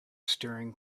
staring